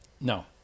no